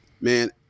man